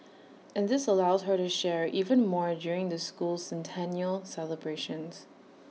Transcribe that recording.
and this allows her to share even more during the school's centennial celebrations